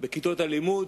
בכיתות הלימוד,